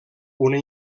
una